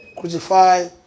crucify